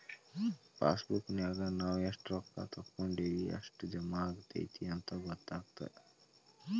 ಪಾಸಬುಕ್ನ್ಯಾಗ ನಾವ ಎಷ್ಟ ರೊಕ್ಕಾ ತೊಕ್ಕೊಂಡಿವಿ ಎಷ್ಟ್ ಜಮಾ ಆಗೈತಿ ಅಂತ ಗೊತ್ತಾಗತ್ತ